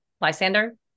Lysander